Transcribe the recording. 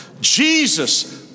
Jesus